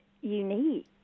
unique